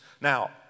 now